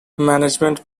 management